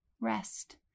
rest